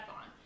on